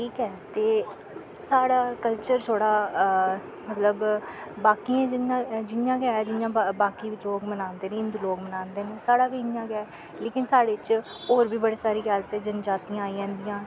ठीक ऐ ते साढ़ा कल्चर थोह्ड़ा मतलव बाकियें जियां गै जियां बाकी लोग मनांदे न हिन्दु लोग मनांदे न साढ़ा बी इयां गै ऐ लेकिन साढ़े च होर बी बड़ी सारी जातियां जन जातियां आई जंदियां